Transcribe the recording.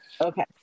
Okay